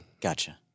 Gotcha